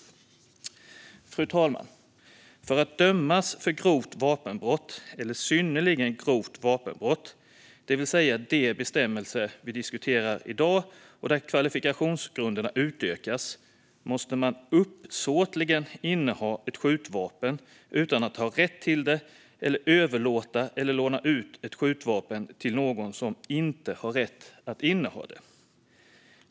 Fru talman! För att dömas för grovt vapenbrott eller synnerligen grovt vapenbrott, det vill säga de bestämmelser vi diskuterar i dag och där kvalifikationsgrunderna utökas, måste man uppsåtligen inneha ett skjutvapen utan att ha rätt till det eller överlåta eller låna ut ett skjutvapen till någon som inte har rätt att inneha det.